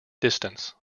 distance